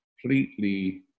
completely